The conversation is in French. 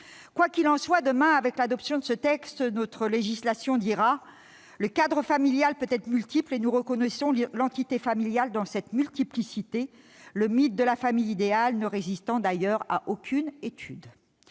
Quoi qu'il en soit, demain, avec l'adoption de ce texte, notre législation dira : le cadre familial peut être multiple et nous reconnaissons l'entité familiale dans cette multiplicité, le mythe de la famille idéale ne résistant d'ailleurs à aucune étude.